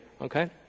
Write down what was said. okay